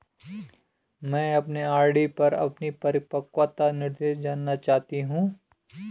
मैं अपने आर.डी पर अपना परिपक्वता निर्देश जानना चाहती हूँ